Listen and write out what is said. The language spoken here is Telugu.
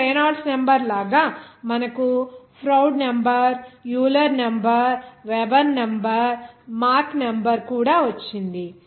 ఇక్కడ రేనాల్డ్స్ నంబర్ లాగా మనకు Froude number Euler number Weber number Mach number కూడా వచ్చింది